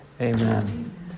amen